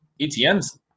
etn's